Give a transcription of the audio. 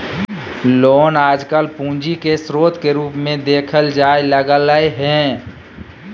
loan आजकल पूंजी के स्रोत के रूप मे देखल जाय लगलय हें